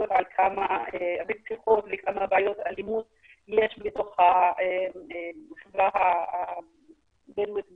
על כמה בעיות אלימות יש בתוך החברה הבדואית בדרום,